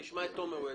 אשמע את תומר רוזנר,